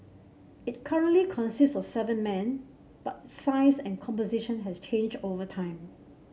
it currently consists of seven men but its size and composition has changed over time